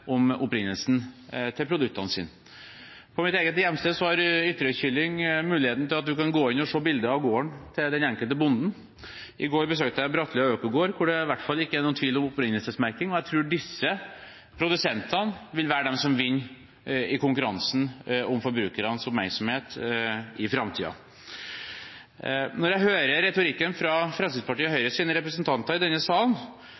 om opprinnelsen til produktene sine. På mitt eget hjemsted har Ytterøykylling gitt muligheten til at man kan gå inn og se bilder av gården til den enkelte bonden. I går besøkte jeg Brattlia Økogård, hvor det i hvert fall ikke er noen tvil om opprinnelsesmerking, og jeg tror disse produsentene vil være dem som vinner i konkurransen om forbrukernes oppmerksomhet i framtiden. Når jeg hører retorikken fra Fremskrittspartiets og Høyres representanter i denne